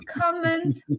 comment